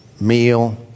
meal